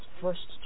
first